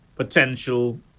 Potential